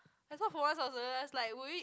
that's why for once i was like realise like will it